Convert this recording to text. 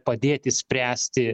padėti spręsti